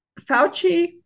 Fauci